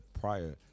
prior